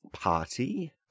party